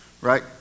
Right